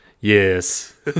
Yes